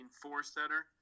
four-setter